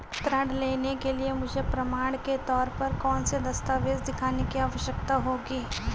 ऋृण लेने के लिए मुझे प्रमाण के तौर पर कौनसे दस्तावेज़ दिखाने की आवश्कता होगी?